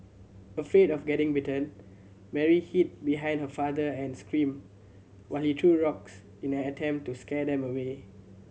afraid of getting bitten Mary hid behind her father and screamed while he threw rocks in an attempt to scare them away